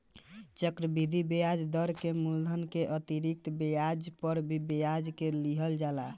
चक्रवृद्धि ब्याज दर में मूलधन के अतिरिक्त ब्याज पर भी ब्याज के लिहल जाला